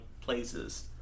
places